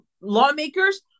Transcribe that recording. lawmakers